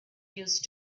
used